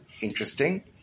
interesting